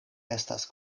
estas